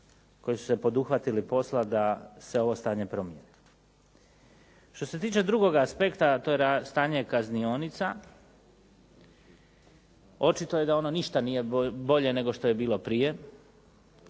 koji su se poduhvatili posla da se ovo stanje promijeni. Što se tiče drugoga aspekta a to je stanje kaznionica očito je da ono ništa nije bolje nego što je bilo prije,